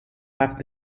part